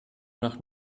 nach